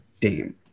Dame